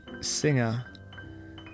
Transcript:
singer